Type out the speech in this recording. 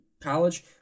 college